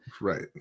Right